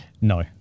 No